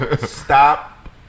Stop